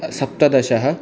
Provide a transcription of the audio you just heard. सप्तदश